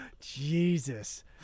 Jesus